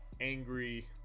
angry